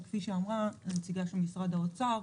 וכפי שאמרה נציגת האוצר,